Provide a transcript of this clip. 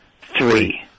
three